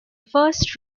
first